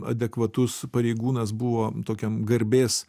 adekvatus pareigūnas buvo tokiam garbės